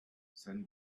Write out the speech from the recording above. then